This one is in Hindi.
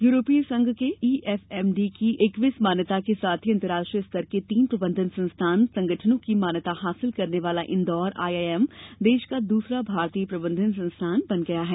यूरोपीय संघ के ईएफएमडी की एक्विस मान्यता के साथ ही अंतरराष्ट्रीय स्तर के तीन प्रबंधन संस्थान संगठनों की मान्यता हासिल करने वाला इंदौर आईआईएम देश का दूसरा भारतीय प्रबंधन संस्थान बन गया है